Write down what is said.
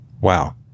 Wow